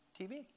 TV